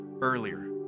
earlier